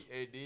AD